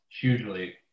hugely